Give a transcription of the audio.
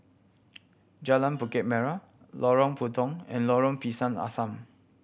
Jalan Bukit Merah Lorong Puntong and Lorong Pisang Asam